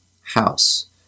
house